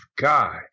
guy